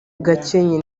gakenke